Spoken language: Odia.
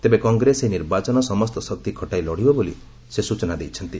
ତେବେ କଂଗ୍ରେସ ଏହି ନିର୍ବାଚନ ସମସ୍ତ ଶକ୍ତି ଖଟାଇ ଲଢ଼ିବ ବୋଲି ସେ ସୂଚନା ଦେଇଛନ୍ତି